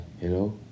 hello